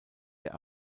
der